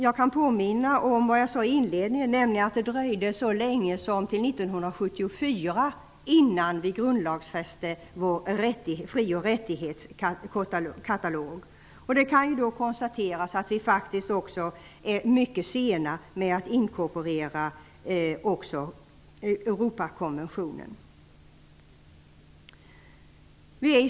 Jag vill påminna om vad jag sade i inledningen, nämligen att det dröjde så länge som till 1974 innan vi grundlagsfäste vår fri och rättighetskatalog. Vi kan konstatera att vi faktiskt också är mycket sena med att inkorporera Europakonventionen.